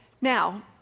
Now